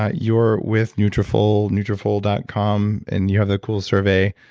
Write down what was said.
ah your with nutrafol nutrafol dot com and, you have that cool survey.